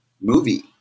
movie